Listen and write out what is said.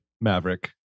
Maverick